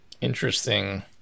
Interesting